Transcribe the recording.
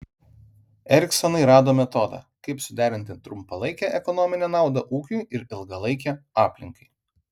eriksonai rado metodą kaip suderinti trumpalaikę ekonominę naudą ūkiui ir ilgalaikę aplinkai